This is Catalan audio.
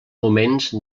moments